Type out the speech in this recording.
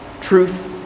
Truth